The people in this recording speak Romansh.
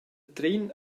trin